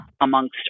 amongst